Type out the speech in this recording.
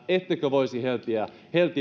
ettekö voisi heltyä